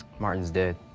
martin's dead.